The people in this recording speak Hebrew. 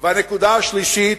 והנקודה השלישית,